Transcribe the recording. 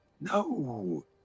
No